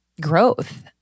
growth